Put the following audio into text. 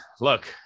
look